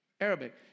Arabic